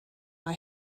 bydd